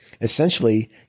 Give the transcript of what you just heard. Essentially